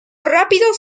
rápidos